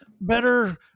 better